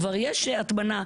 כבר יש הטמנה.